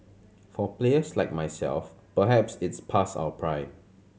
for players like myself perhaps it's pass our prime